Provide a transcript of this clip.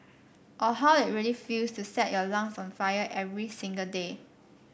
or how it really feels to set your lungs on fire every single day